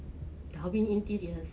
darwin interiors